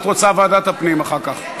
ואת רוצה ועדת הפנים אחר כך.